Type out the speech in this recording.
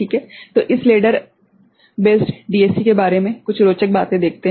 तो इस लेडर आधारित DAC के बारे में कुछ रोचक बातें देखते हैं